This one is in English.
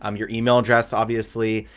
um your email address obviously.